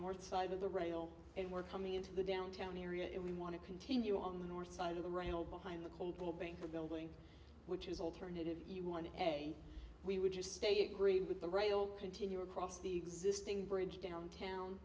north side of the rail and we're coming into the downtown area and we want to continue on the north side of the rhino behind the cold pool banker building which is alternative you want a we would just stay agree with the rail continue across the existing bridge downtown